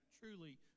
truly